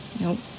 Nope